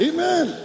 Amen